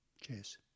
Cheers